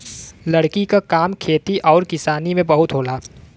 लकड़ी क काम खेती आउर किसानी में बहुत होला